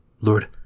Lord